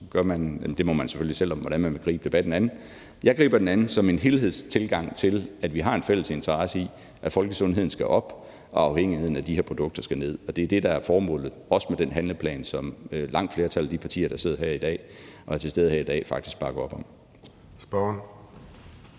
her, må man selvfølgelig selv om, hvordan man vil gribe debatten an, men som jeg startede med at sige, griber jeg den an som en helhedstilgang – en helhedstilgang til, at vi har en fælles interesse i, at folkesundheden skal op og afhængigheden af de her produkter skal ned. Det er det, der er formålet, også med den handleplan, som langt flertallet af de partier, der sidder her i dag og er til stede her i dag, faktisk bakker op om.